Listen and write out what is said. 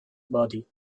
body